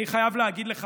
אני חייב להגיד לך.